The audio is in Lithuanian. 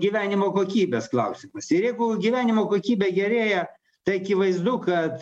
gyvenimo kokybės klausimas ir jeigu gyvenimo kokybė gerėja tai akivaizdu kad